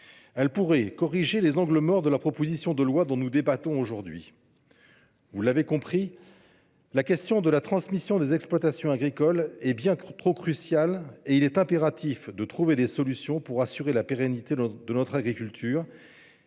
Elles pourraient corriger les angles morts de la proposition de loi dont nous débattons aujourd’hui. Vous l’avez compris : la question de la transmission des exploitations agricoles est bien trop cruciale. Il est impératif de trouver des solutions garantissant la pérennité de notre agriculture